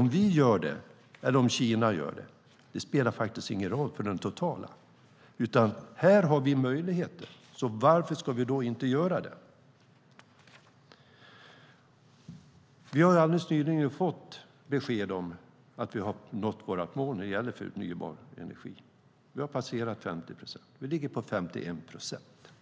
Om vi gör det eller om Kina gör det spelar ingen roll för det totala. Men här har vi möjligheten, så varför ska vi då inte göra det? Vi har nyss fått besked om att vi har nått vårt mål när det gäller förnybar energi. Vi har passerat 50 procent och ligger på 51 procent,